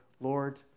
Lord